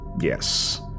Yes